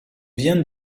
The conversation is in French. vient